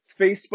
Facebook